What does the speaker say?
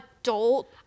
adult